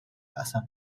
qasam